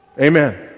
Amen